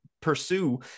pursue